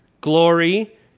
glory